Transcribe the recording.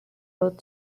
both